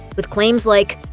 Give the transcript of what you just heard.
with claims like,